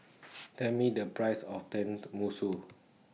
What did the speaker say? Tell Me The Price of Tenmusu